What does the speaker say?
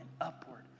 upward